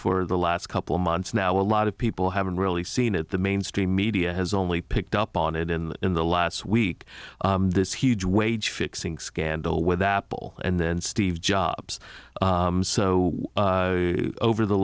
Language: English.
for the last couple months now a lot of people haven't really seen it the mainstream media has only picked up on it and in the last week this huge wage fixing scandal with apple and then steve jobs so over the